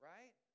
Right